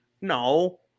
No